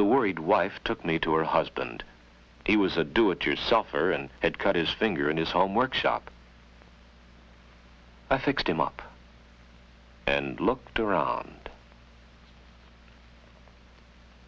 the worried wife took me to her husband he was a do it yourself there and had cut his finger in his home workshop i fixed him up and looked around